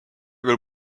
küll